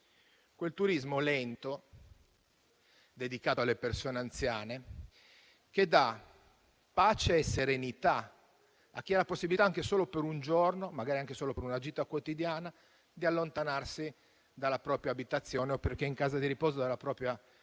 quel turismo lento, dedicato alle persone anziane, che dà pace e serenità a chi ha la possibilità, anche solo per un giorno, magari anche solo per una gita, di allontanarsi dalla propria abitazione o dalla propria casa